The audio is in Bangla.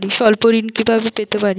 স্বল্প ঋণ কিভাবে পেতে পারি?